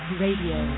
radio